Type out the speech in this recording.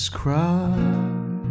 cry